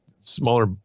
smaller